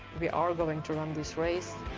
we are going to run this race.